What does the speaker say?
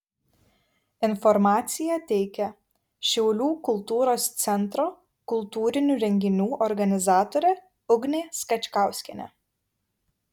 informaciją teikia šiaulių kultūros centro kultūrinių renginių organizatorė ugnė skačkauskienė